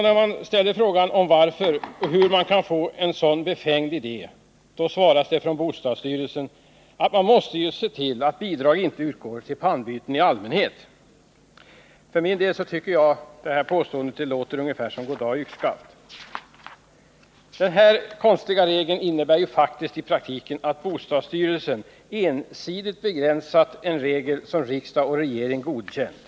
När man frågar hur någon kan få en sådan befängd idé svarar bostadsstyrelsen att det är nödvändigt att se till att bidrag inte utgår till pannbyten i allmänhet. För min del tycker jag att detta påstående låter ungefär som goddag — yxskaft. Den här konstiga regeln innebär faktiskt i praktiken att bostadsstyrelsen ensidigt begränsat en regel som riksdag och regering har godkänt.